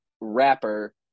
rapper